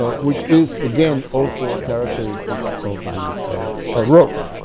ah which is, again, also a characteristic of the baroque.